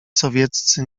sowieccy